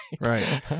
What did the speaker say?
right